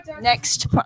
next